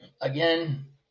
Again